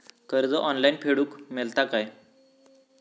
कर्ज ऑनलाइन फेडूक मेलता काय?